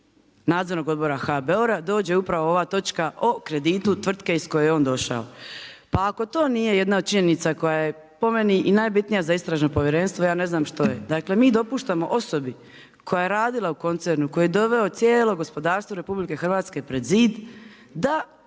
Nadzornog odbora HBOR-a dođe upravo ova točka o kreditu tvrtke iz koje je on došao. Pa ako to nije jedna od činjenica koja je po meni i najbitnija za istražno povjerenstvo ja ne znam što je. Dakle mi dopuštamo osobi koja je radila u koncernu koji je doveo cijelo gospodarstvo RH pred zid da